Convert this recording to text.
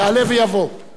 ועוברת מייד לוועדת